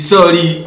Sorry